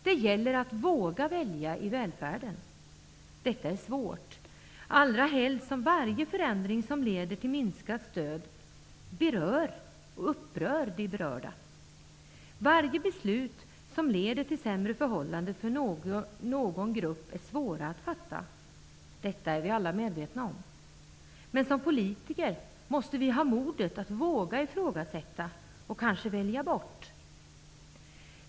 Det gäller att våga välja i välfärden. Detta är svårt, allra helst som varje förändring som leder till minskat stöd upprör de berörda. Varje beslut som leder till sämre förhållanden för någon grupp är svåra att fatta. Detta är vi alla medvetna om. Men som politiker måste vi ha modet att våga ifrågasätta och kanske välja bort.